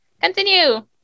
Continue